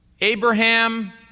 Abraham